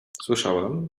słyszałam